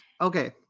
Okay